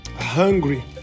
hungry